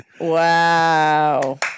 Wow